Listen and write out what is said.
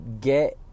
get